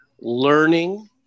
learning